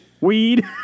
Weed